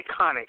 iconic